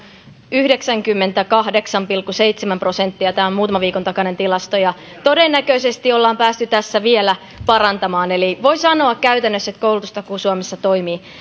yhdeksänkymmentäkahdeksan pilkku seitsemän prosenttia tämä on muutaman viikon takainen tilasto ja todennäköisesti olemme päässeet tässä vielä parantamaan eli voi sanoa että koulutustakuu suomessa käytännössä toimii